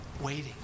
Waiting